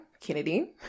Kennedy